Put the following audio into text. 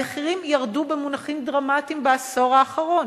המחירים ירדו במונחים דרמטיים בעשור האחרון,